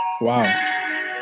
Wow